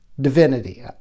divinity